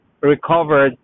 recovered